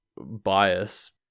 bias